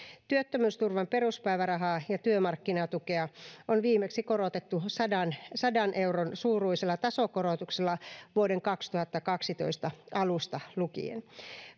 työttömyysturvan peruspäivärahaa ja työmarkkinatukea on viimeksi korotettu sadan sadan euron suuruisella tasokorotuksella vuoden kaksituhattakaksitoista alusta lukien